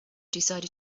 decided